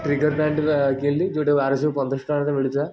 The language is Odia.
ଟ୍ରିଗର୍ ପ୍ୟାଣ୍ଟ୍ କିଣିଲି ଯେଉଁଠି ବାରଶହ କି ପନ୍ଦରଶହ ଟଙ୍କାରେ ମିଳୁଥିଲା